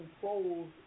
controls